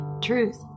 Truth